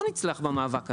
לא נצלח במאבק הזה.